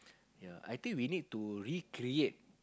ya I think we need to recreate